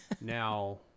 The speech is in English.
Now